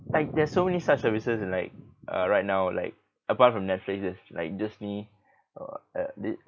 like there's so many such services in like uh right now like apart from netflix there's like disney uh at t~